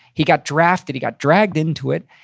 he got drafted. he got dragged into it.